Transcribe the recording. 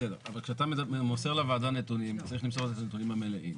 אבל כשאתה מוסר לוועדה נתונים אתה צריך למסור את הנתונים המלאים.